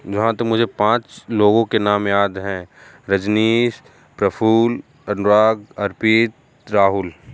यहाँ तो मुझे पाँच लोगों के नाम याद हैं रजनीश प्रफ़ुल्ल अनुराग अर्पित राहुल